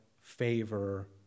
favor